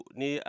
ni